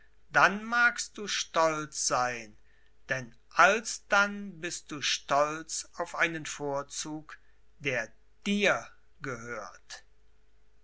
dann magst du stolz sein denn alsdann bist du stolz auf einen vorzug der dir gehört